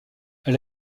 elle